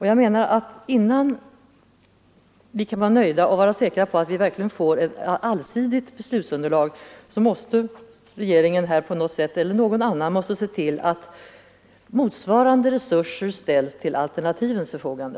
Jag menar att innan vi kan vara säkra på att vi verkligen får ett allsidigt beslutsunderlag, måste regeringen eller någon annan se till att motsvarande resurser ställs till alternativens förfogande.